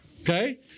Okay